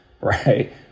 right